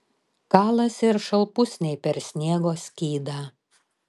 kalasi ir šalpusniai per sniego skydą